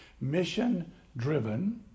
mission-driven